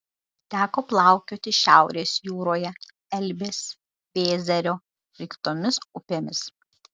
teko plaukioti šiaurės jūroje elbės vėzerio ir kitomis upėmis